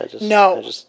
No